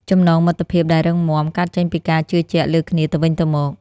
ចំណងមិត្តភាពដែលរឹងមាំ កើតចេញពីការជឿជាក់លើគ្នាទៅវិញទៅមក។